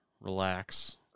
relax